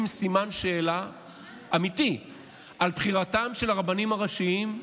סימן שאלה אמיתי על בחירתם של הרבנים הראשיים.